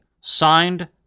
Signed